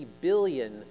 billion